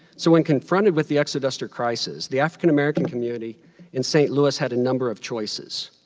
so when confronted with the exoduster crisis, the african american community in st. louis had a number of choices.